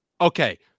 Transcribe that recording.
Okay